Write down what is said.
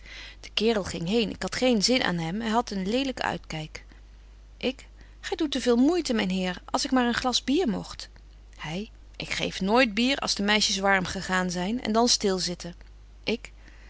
de kerel ging heen ik had geen zin aan hem hy hadt een lelyken uitkyk ik gy doet te veel moeite myn heer als ik maar een glas bier mogt hy ik geef nooit bier als de meisjes warm gegaan zyn en dan stil zitten ik